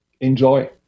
Enjoy